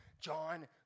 John